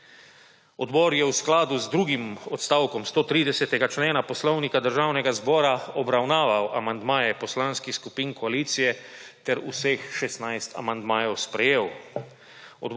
Odbor je v skladu z drugim odstavkom 130. člena Poslovnika Državnega zbora obravnaval amandmaje poslanskih skupin koalicije ter vseh 16 amandmajev sprejel.